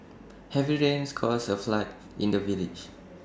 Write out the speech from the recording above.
heavy rains caused A flood in the village